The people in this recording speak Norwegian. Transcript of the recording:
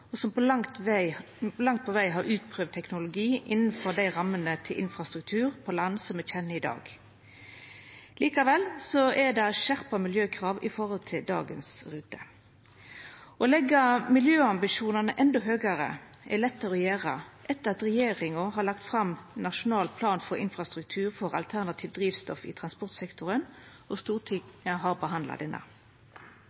og som langt på veg har utprøvd teknologi innanfor dei rammene for infrastruktur på land som me kjenner i dag. Likevel er det skjerpa miljøkrav i forhold til dagens rute. Å leggja miljøambisjonane endå høgare er lettare å gjera etter at regjeringa har lagt fram ein nasjonal plan for infrastruktur for alternativt drivstoff i transportsektoren og